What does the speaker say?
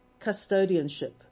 custodianship